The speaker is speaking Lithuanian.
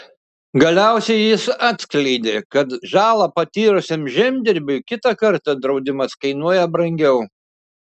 galiausiai jis atskleidė kad žalą patyrusiam žemdirbiui kitą kartą draudimas kainuoja brangiau